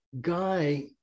guy